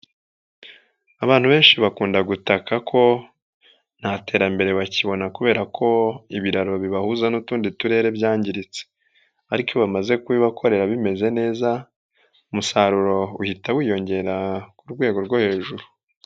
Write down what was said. Abantu benshi bakunda gutaka ko nta terambere bakibona kubera ko ibiraro bibahuza n'utundi turere byangiritse ariko iyo bamaze kubibakorera bimeze neza, umusaruro uhita wiyongera ku rwego rwo hejuru.